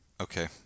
Okay